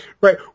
Right